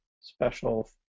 special